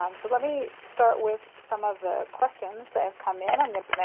um so let me start with some of the questions that have come in. i'm going to